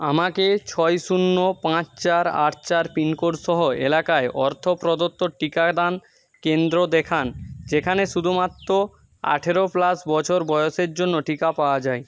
আমাকে ছয় শূন্য পাঁচ চার আট চার পিনকোডসহ এলাকায় অর্থ প্রদত্ত টিকাদান কেন্দ্র দেখান যেখানে শুধুমাত্র আঠেরো প্লাস বছর বয়সের জন্য টিকা পাওয়া যায়